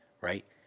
right